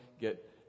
get